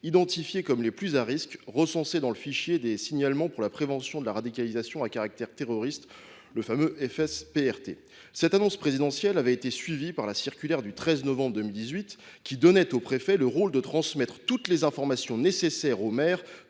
identifiées comme les plus à risque, qui sont recensées dans le fichier de traitement des signalements pour la prévention de la radicalisation à caractère terroriste (FSPRT). Cette annonce présidentielle avait été suivie par la circulaire du 13 novembre 2018, qui confiait aux préfets la tâche de transmettre toutes les informations nécessaires aux maires